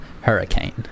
Hurricane